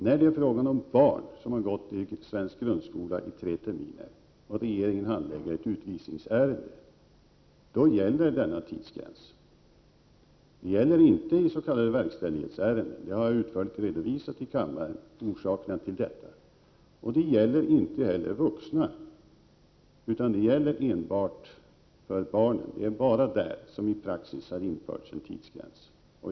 När det är fråga om barn som har gått i svensk grundskola i tre terminer och regeringen handlägger ett utvisningsärende, då gäller denna tidsgräns. Det gäller inte i s.k. verkställighetsärenden, och jag har utförligt i kammaren redovisat orsakerna till detta. Det gäller inte heller vuxna, utan det är enbart när det gäller barn som det i praxis har införts en tidsgräns.